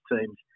teams